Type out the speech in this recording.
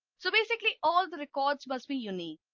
so basically all the records must be unique.